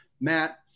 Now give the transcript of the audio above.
Matt